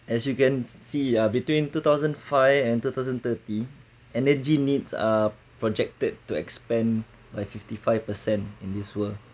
as you can see ah between two thousand five and two thousand thirty energy needs uh projected to expand by fifty five percent in this world